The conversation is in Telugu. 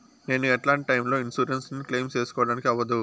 నేను ఎట్లాంటి టైములో నా ఇన్సూరెన్సు ను క్లెయిమ్ సేసుకోవడానికి అవ్వదు?